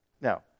now